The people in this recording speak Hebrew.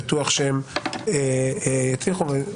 את הצעת החוק הפרטית שנמצאת אל מול פנינו יפתחו נציגי משרד המשפטים.